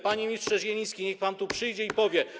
Panie ministrze Zieliński, niech pan tu przyjdzie i powie.